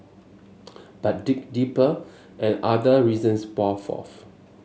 but dig deeper and other reasons pour forth